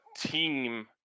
team